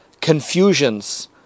confusions